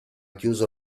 chiuso